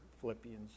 Philippians